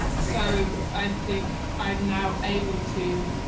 and so i think i'm now able to